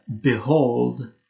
Behold